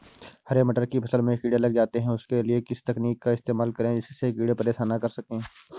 हरे मटर की फसल में कीड़े लग जाते हैं उसके लिए किस तकनीक का इस्तेमाल करें जिससे कीड़े परेशान ना कर सके?